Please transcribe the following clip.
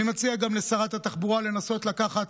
אני מציע גם לשרת התחבורה לנסות לקחת